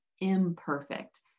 imperfect